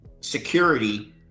security